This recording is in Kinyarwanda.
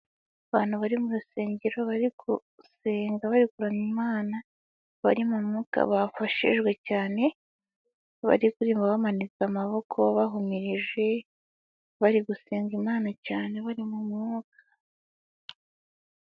Abantu bari mu rusengero bari gusenga bari kuramya Imana, bari mu mwuka bafashijwe cyane bari kuririmba bamanitse amaboko, bahumirije bari gusenga Imana cyane bari mu mwuka.